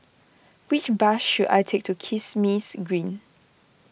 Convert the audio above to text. which bus should I take to Kismis Green